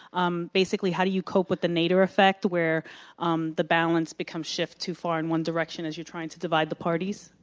um basically, how do you cope with the nader effect where um the balance becomes shift too far in one direction as you're trying to divide the parties.